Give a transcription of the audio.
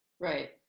Right